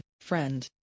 friend